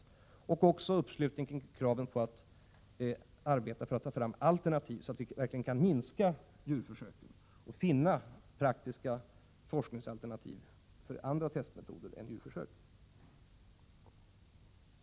Det är också glädjande att vi har fått stor uppslutning kring kraven på att arbeta för att ta fram alternativ, så att vi verkligen kan minska djurförsöken och finna praktiska forskningsalternativ för andra testmetoder än djurförsök.